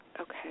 Okay